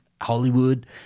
Hollywood